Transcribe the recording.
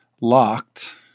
locked